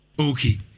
Okay